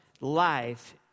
life